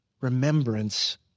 remembrance